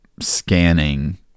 scanning